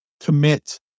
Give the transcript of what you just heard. commit